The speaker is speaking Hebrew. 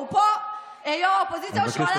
הוא פה, ראש האופוזיציה, או שהוא הלך?